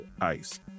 ice